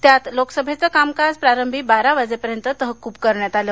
त्यात लोकसभेचं कामकाज प्रारंभी बारा वाजेपर्यंत तहकूब करण्यात आलं